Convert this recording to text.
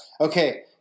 Okay